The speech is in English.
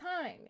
time